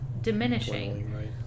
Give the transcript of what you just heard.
diminishing